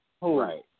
Right